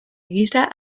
gisa